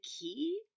key